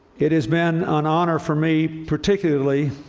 it has been an honor for me, particularly,